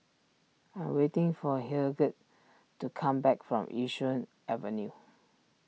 I'm waiting for Hildegard to come back from Yishun Avenue